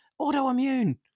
autoimmune